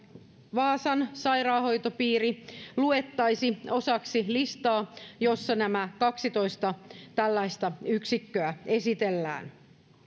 vaasan sairaanhoitopiiri luettaisiin osaksi listaa jossa nämä kaksitoista tällaista yksikköä esitellään